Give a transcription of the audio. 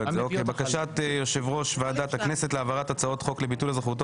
בקשת יושב-ראש ועדת הכנסת להעברת הצעות חוק לביטול אזרחותו